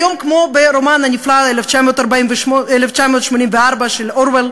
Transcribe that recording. היום, כמו ברומן הנפלא, "1984" של אורוול,